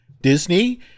Disney